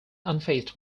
unfazed